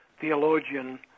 theologian